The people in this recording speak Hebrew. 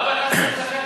למה לך,